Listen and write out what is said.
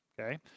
okay